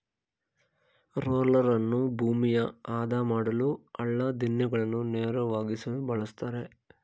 ರೋಲರನ್ನು ಭೂಮಿಯ ಆದ ಮಾಡಲು, ಹಳ್ಳ ದಿಣ್ಣೆಗಳನ್ನು ನೇರವಾಗಿಸಲು ಬಳ್ಸತ್ತರೆ